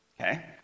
Okay